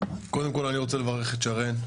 קודם כול אני רוצה לברך את שרן,